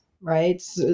right